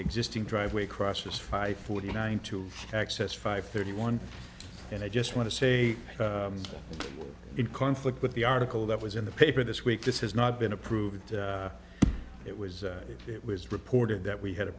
existing driveway crosses five forty nine to access five thirty one and i just want to say in conflict with the article that was in the paper this week this has not been approved it was it was reported that we had